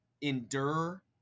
Endure